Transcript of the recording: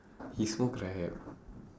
he smoke right